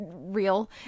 real